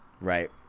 right